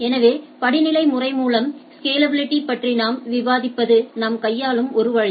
எனவே படிநிலைமுறை மூலம் ஸ்கேலபிலிட்டி பற்றி நாம் விவாதிப்பது நாம் கையாளும் ஒரு வழி